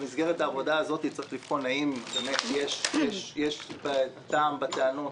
במסגרת העבודה הזאת צריך לבחון האם באמת יש טעם בטענות